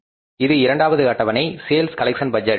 எனவே அடுத்த அட்டவணை இது இரண்டாவது அட்டவணை சேல்ஸ் கலெக்சன் பட்ஜெட்